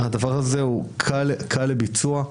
הדבר הזה קל לביצוע.